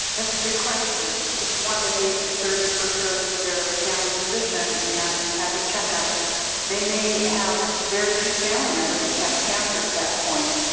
that's a good question. if one at the age of thirty first goes to their family physician and has a check-up they may have very few family members who have cancer at that point.